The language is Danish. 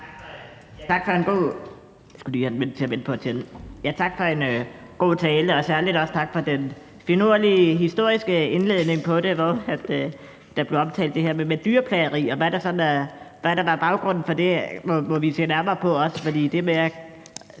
Tak for en god tale, og særlig også tak for den finurlige historiske indledning, hvor der blev omtalt det her med dyrplageri. Hvad der sådan var baggrunden for det, må vi se nærmere på,